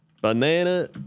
Banana